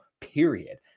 period